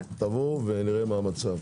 תבואו ונראה מה המצב.